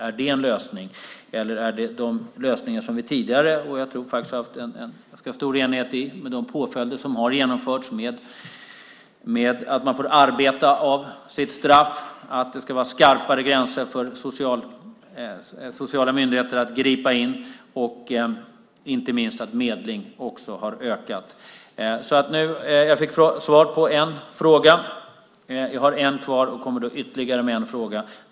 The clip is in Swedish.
Är det en lösning, eller ska vi ha de lösningar som vi haft tidigare - och som jag tror att vi har haft en ganska stor enighet om - med de påföljder som har genomförts som innebär att man får arbeta av sitt straff, att det ska vara skarpare gränser för sociala myndigheter att gripa in och inte minst att medling också har ökat? Jag fick svar på en fråga. Jag har en kvar och kommer med ytterligare en fråga.